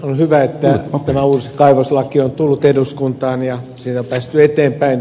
on hyvä että tämä uusi kaivoslaki on tullut eduskuntaan ja siinä on päästy eteenpäin